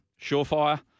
Surefire